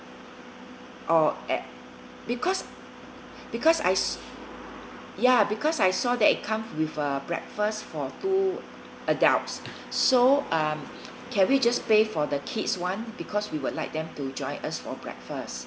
oh at because because I s~ ya because I saw that come with a breakfast for two adults so um can we just pay for the kids one because we would like them to join us for breakfast